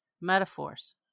metaphors